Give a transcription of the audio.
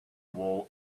wall